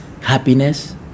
Happiness